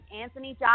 Anthony